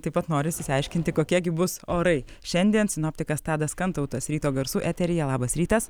taip pat norisi išsiaiškinti kokie gi bus orai šiandien sinoptikas tadas kantautas ryto garsų eteryje labas rytas